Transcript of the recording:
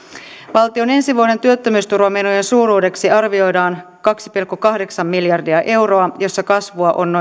valtion ensi vuoden työttömyysturvamenojen suuruudeksi arvioidaan kaksi pilkku kahdeksan miljardia euroa missä kasvua on